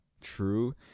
true